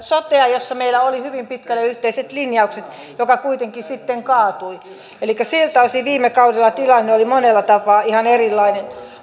sotea jossa meillä oli hyvin pitkälle yhteiset linjaukset mutta joka kuitenkin sitten kaatui elikkä siltä osin viime kaudella tilanne oli monella tapaa ihan erilainen